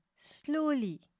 Slowly